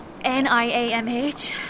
N-I-A-M-H